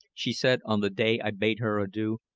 she said on the day i bade her adieu,